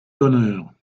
d’honneur